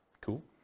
Cool